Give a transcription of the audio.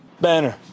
Banner